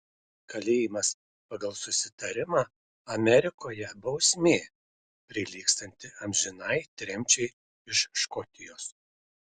kalėjimas pagal susitarimą amerikoje bausmė prilygstanti amžinai tremčiai iš škotijos